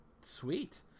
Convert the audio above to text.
Sweet